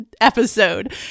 episode